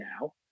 now